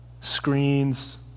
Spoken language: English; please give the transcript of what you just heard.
screens